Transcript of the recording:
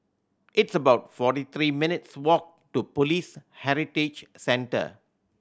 it's about forty three minutes' walk to Police Heritage Centre